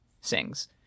sings